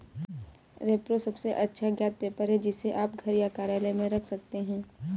repro सबसे अच्छा ज्ञात पेपर है, जिसे आप घर या कार्यालय में रख सकते हैं